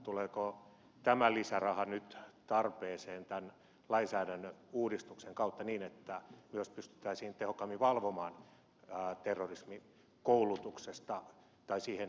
tuleeko tämä lisäraha nyt tarpeeseen tämän lainsäädännön uudistuksen kautta niin että myös pystyttäisiin tehokkaammin valvomaan terrorismikoulutuksesta epäiltyjen ihmisten toimintaa